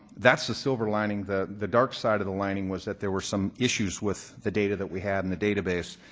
that's the silver lining. the the dark side of the lining was that there were some issues with the data that we had in the database.